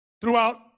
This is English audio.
Throughout